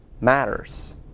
matters